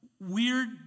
weird